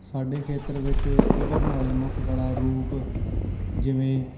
ਸਾਡੇ ਖੇਤਰ ਵਿੱਚ ਉਭਰਨ ਵਾਲੇ ਮੁੱਖ ਕਲਾ ਰੂਪ ਜਿਵੇਂ